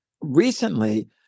recently